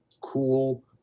cool